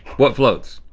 what floats?